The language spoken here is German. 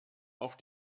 auf